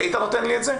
היית נותן לי את זה?